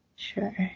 Sure